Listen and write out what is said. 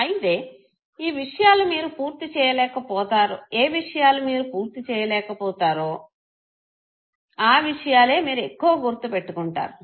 అయితే ఏ విషయాలు మీరు పూర్తి చేయలేక పోతారో ఆ విషయాలే మీరు ఎక్కువ గుర్తు పెట్టుకుంటారు